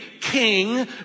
king